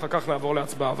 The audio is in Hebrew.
אחר כך נעבור להצבעה.